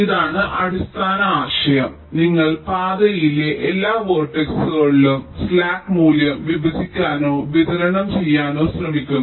ഇതാണ് അടിസ്ഥാന ആശയം നിങ്ങൾ പാതയിലെ എല്ലാ വെർട്ടെക്സിലും സ്ലാക്ക് മൂല്യം വിഭജിക്കാനോ വിതരണം ചെയ്യാനോ ശ്രമിക്കുന്നു